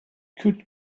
could